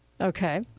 Okay